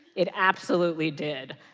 it absolutely did.